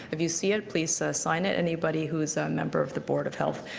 if you see it please sign it. anybody who is a member of the board of health.